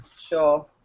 Sure